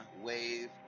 wave